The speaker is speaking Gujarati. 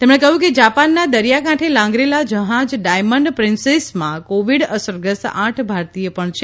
તેમણે કહ્યુંકે જાપાનના દરિયાકાંઠે લાંગરેલા જહાજ ડાયમંડ પ્રિન્સેસમાં કોવિડ અસગ્રસ્ત આઠ ભારતીય પણ છે